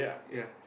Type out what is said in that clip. ya